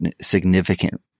significant